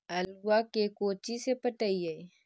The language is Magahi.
आलुआ के कोचि से पटाइए?